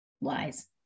Wise